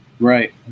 Right